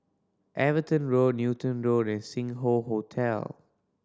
Everton Road Newton Road and Sing Hoe Hotel